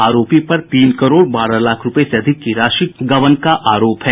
आरोपी पर तीन करोड़ बारह लाख रूपये से अधिक की राशि गबन करने का आरोप है